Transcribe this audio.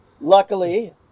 luckily